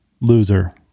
loser